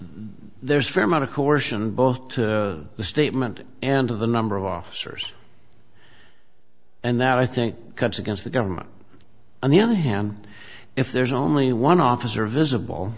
there's a fair amount of course and both the statement and of the number of officers and that i think cuts against the government on the other hand if there's only one officer visible